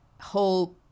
whole